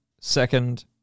second